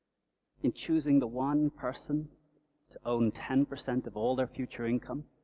in choosing the one person to own ten percent of all their future income?